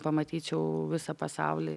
pamatyčiau visą pasaulį